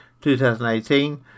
2018